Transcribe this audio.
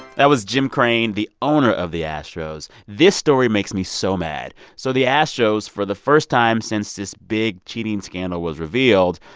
that was jim crane, the owner of the astros. this story makes me so mad. so the astros for the first time since this big cheating scandal was revealed,